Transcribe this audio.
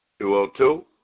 202